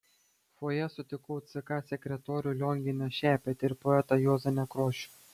fojė sutikau ck sekretorių lionginą šepetį ir poetą juozą nekrošių